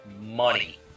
money